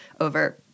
over